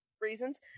reasons